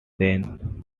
then